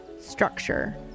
structure